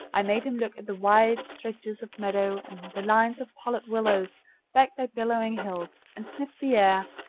i made him look at the wide stretches of meadow and the lines of pollard willows backed by billowing hills, and sniff the air,